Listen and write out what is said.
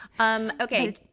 Okay